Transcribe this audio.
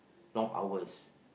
long hours